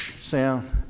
sound